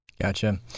Gotcha